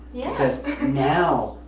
yeah. because and now,